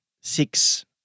Six